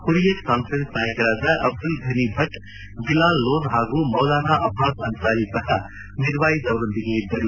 Hurriyat conference ನಾಯಕರಾದ ಅಬ್ದುಲ್ ಫನಿ ಭಟ್ ಬಿಲಾಲ್ ಲೋನ್ ಹಾಗೂ ಮೌಲಾನಾ ಅಬ್ಲಾಸ್ ಅನ್ನಾರಿ ಅವರೂ ಸಹ ಮಿರ್ವಾಯಿಜ್ ಅವರೊಂದಿಗೆ ಇದ್ದರು